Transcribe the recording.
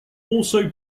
also